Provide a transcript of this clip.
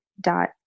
dot